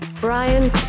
Brian